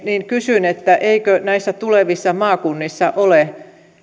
niin kysyn että eikö näissä tulevissa maakunnissa ole